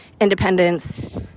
independence